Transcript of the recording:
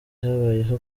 habayeho